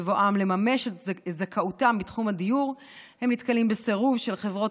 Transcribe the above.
בבואם לממש את זכאותם בתחום הדיור הם נתקלים בסירוב של חברות